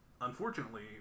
unfortunately